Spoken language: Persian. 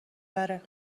بره